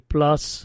Plus